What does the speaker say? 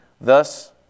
thus